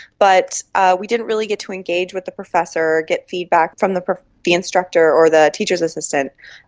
but we didn't really get to engage with the professor, get feedback from the the instructor or the teacher's assistant.